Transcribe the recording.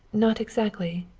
not exactly.